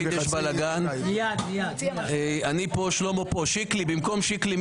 אני כאן, שלמה כאן, מי במקום שקלי?